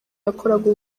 yakoraga